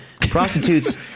prostitutes